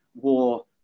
war